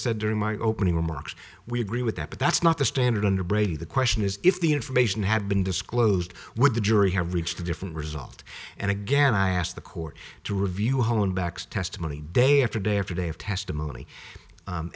said during my opening remarks we agree with that but that's not the standard under brady the question is if the information had been disclosed would the jury have reached a different result and again i ask the court to review hone backs testimony day after day after day of testimony